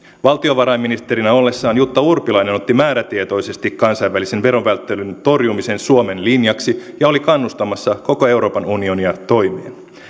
valtiovarainministerinä ollessaan jutta urpilainen otti määrätietoisesti kansainvälisen verovälttelyn torjumisen suomen linjaksi ja oli kannustamassa koko euroopan unionia toimiin